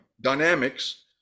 dynamics